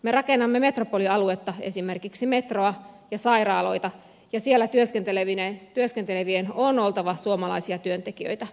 me rakennamme metropolialuetta esimerkiksi metroa ja sairaaloita ja siellä työskentelevien on oltava suomalaisia työntekijöitä